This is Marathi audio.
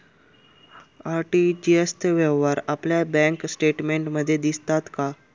आर.टी.जी.एस चे व्यवहार आपल्या बँक स्टेटमेंटमध्ये दिसतात का?